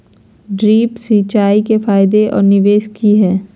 Drip सिंचाई के फायदे और निवेस कि हैय?